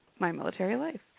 MyMilitaryLife